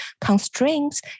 constraints